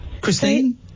Christine